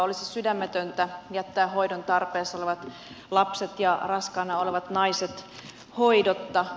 olisi sydämetöntä jättää hoidon tarpeessa olevat lapset ja raskaana olevat naiset hoidotta